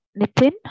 nitin